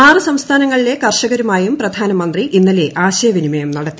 ആറ് സംസ്ഥാനങ്ങളിലെ കർഷകരുമായും പ്രധാനമന്ത്രി ഇന്നലെ ആശയവിനിമയം നടത്തി